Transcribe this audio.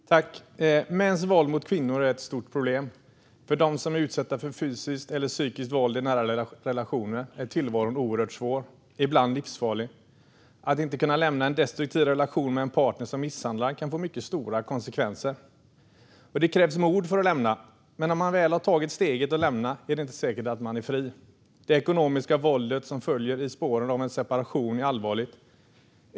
Fru talman! Mäns våld mot kvinnor är ett stort problem. För dem som är utsatta för fysiskt eller psykiskt våld i nära relationer är tillvaron oerhört svår - ibland livsfarlig. Att inte kunna lämna en destruktiv relation med en partner som misshandlar kan få mycket stora konsekvenser. Det krävs mod för att lämna relationen, men när man väl har tagit steget att göra det är det inte säkert att man är fri. Det ekonomiska våldet som följer i spåret av en separation är allvarligt.